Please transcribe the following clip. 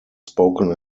spoken